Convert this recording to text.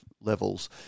levels